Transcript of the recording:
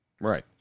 Right